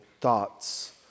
thoughts